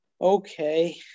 okay